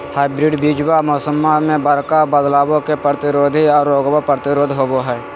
hybrid बीजावा मौसम्मा मे बडका बदलाबो के प्रतिरोधी आ रोगबो प्रतिरोधी होबो हई